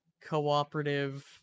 cooperative